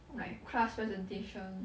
like class presentation